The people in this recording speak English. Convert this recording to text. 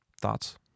Thoughts